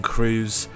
Cruise